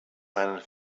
meinen